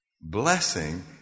blessing